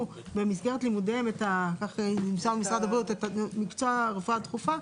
במסגרת לימודיהם את מקצוע הרפואה הדחופה,